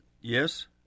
yes